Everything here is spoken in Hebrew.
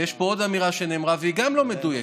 ויש פה עוד אמירה שנאמרה והיא גם לא מדויקת,